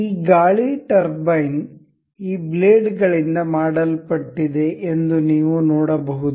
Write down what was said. ಈ ಗಾಳಿ ಟರ್ಬೈನ್ ಈ ಬ್ಲೇಡ್ಗಳಿಂದ ಮಾಡಲ್ಪಟ್ಟಿದೆ ಎಂದು ನೀವು ನೋಡಬಹುದು